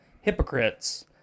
hypocrites